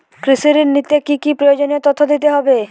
কৃষি ঋণ নিতে কি কি প্রয়োজনীয় তথ্য দিতে হবে?